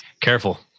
careful